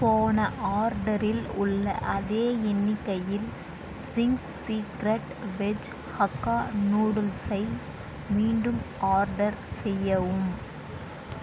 போன ஆர்டரில் உள்ள அதே எண்ணிக்கையில் சிங்க்ஸ் சீக்ரட் வெஜ் ஹக்கா நூடுல்ஸை மீண்டும் ஆர்டர் செய்யவும்